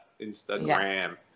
Instagram